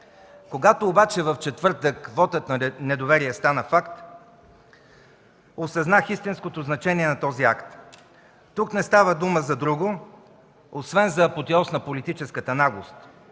Когато обаче в четвъртък вотът на недоверие стана факт, осъзнах истинското значение на този акт. Тук не става дума за друго, освен за апотеоз на политическата наглост,